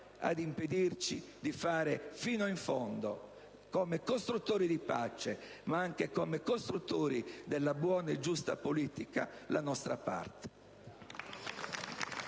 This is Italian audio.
ad impedirci di fare fino in fondo, come costruttori di pace ma anche come costruttori della buona e giusta politica, la nostra parte.